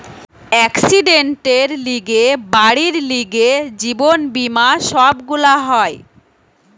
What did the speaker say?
একসিডেন্টের লিগে, বাড়ির লিগে, জীবন বীমা সব গুলা হয়